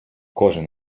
кожен